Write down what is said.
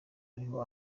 ariho